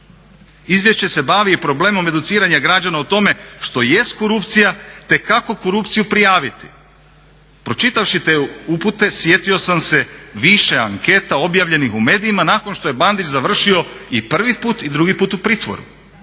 Izvješće se bavi i problemom educiranja građana o tome što jest korupcija te kako korupciju prijaviti. Pročitavši te upute sjetio sam se više anketa objavljenih u medijima nakon što je Bandić završio i prvi put i drugi put u pritvoru.